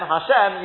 Hashem